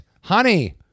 Honey